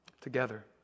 Together